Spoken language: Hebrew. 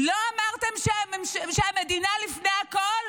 לא אמרתם שהמדינה לפני הכול?